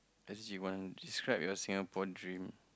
S_G one describe your Singapore dream